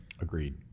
Agreed